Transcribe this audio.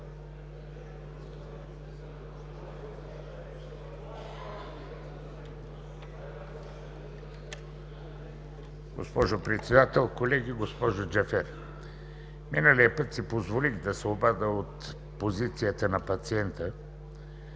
Госпожо Председател, колеги, госпожо Джафер! Миналия път си позволих да се обадя от позицията на пациента.